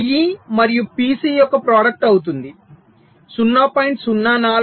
PF PE మరియు PC యొక్క product అవుతుంది 0